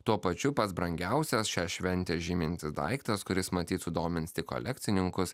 tuo pačiu pats brangiausias šią šventę žymintis daiktas kuris matyt sudomins tik kolekcininkus